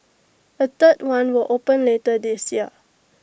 A third one will open later this year